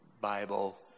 Bible